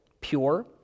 pure